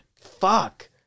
Fuck